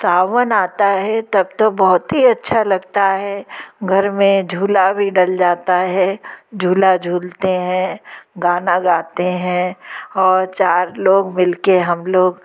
सावन आता है तब तो बहुत ही अच्छा लगता है घर में झूला भी डल जाता है झूला झूलते हैं गाना गाते हैं और चार लोग मिल कर हम लोग